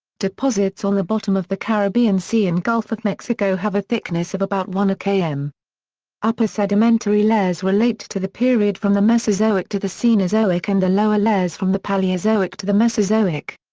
deposits on the bottom of the caribbean sea and gulf of mexico have a thickness of about one km. um upper sedimentary layers relate to the period from the mesozoic to the cenozoic and the lower layers from the paleozoic to the mesozoic.